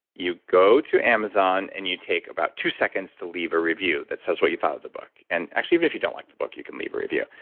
you go to amazon and you take about two seconds to leave a review that says what you thought of the book. and actually, if you don't like the book you can leave a review.